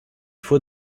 fois